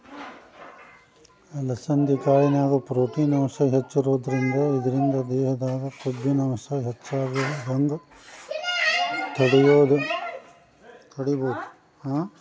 ಅಲಸಂಧಿ ಕಾಳಿನ್ಯಾಗ ಪ್ರೊಟೇನ್ ಅಂಶ ಹೆಚ್ಚಿರೋದ್ರಿಂದ ಇದ್ರಿಂದ ದೇಹದಾಗ ಕೊಬ್ಬಿನಾಂಶ ಹೆಚ್ಚಾಗದಂಗ ತಡೇಬೋದು